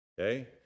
Okay